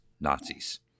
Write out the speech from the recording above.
Nazis